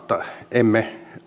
emme